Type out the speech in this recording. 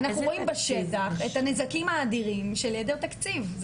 אנחנו רואים בשטח את הנזקים האדירים של היעדר תקציב.